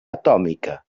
atòmica